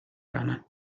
rana